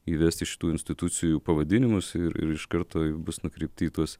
įvesti šitų institucijų pavadinimus ir ir iš karto bus nukreipti į tuos